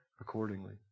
accordingly